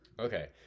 Okay